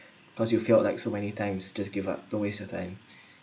cause you felt like so many times just give up don't waste your time